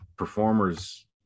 performers